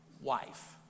wife